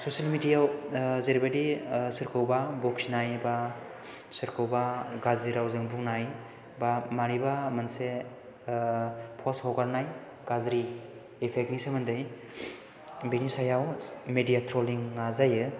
social मिडियायाव जेरैबादि सोरखौबा बखिनाय बा सोरखौबा गाज्रि रावजों बुंनाय बा मानिबा मोनसे पस्त हगारनाय गाज्रि इफेक्टनि सोमोन्दै बेनि सायाव मिडिया ट्रलिंआ जायो